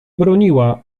broniła